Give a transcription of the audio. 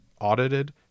audited